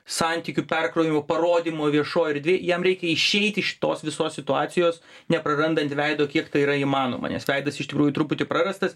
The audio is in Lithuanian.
santykių perkrovimo parodymo viešoj erdvėj jam reikia išeiti iš tos visos situacijos neprarandant veido kiek tai yra įmanoma nes veidas iš tikrųjų truputį prarastas